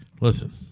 Listen